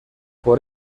por